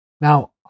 Now